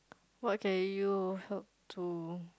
what can you help to